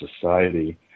society